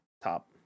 top